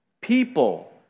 people